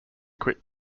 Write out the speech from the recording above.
quick